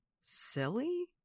silly